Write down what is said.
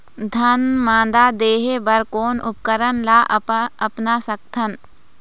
धान मादा देहे बर कोन उपकरण ला अपना सकथन?